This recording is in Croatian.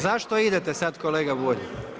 Zašto idete sad, kolega Bulj?